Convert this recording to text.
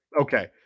okay